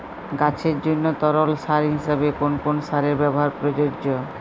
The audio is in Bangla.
গাছের জন্য তরল সার হিসেবে কোন কোন সারের ব্যাবহার প্রযোজ্য?